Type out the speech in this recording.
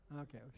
Okay